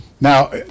Now